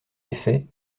effet